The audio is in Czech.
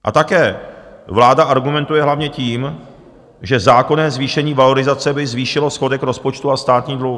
A také vláda argumentuje hlavně tím, že zákonné zvýšení valorizace by zvýšilo schodek rozpočtu a státní dluh.